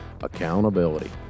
accountability